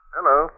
Hello